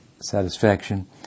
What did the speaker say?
satisfaction